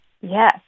Yes